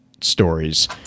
stories